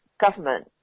government